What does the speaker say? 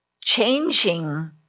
changing